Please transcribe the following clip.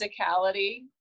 physicality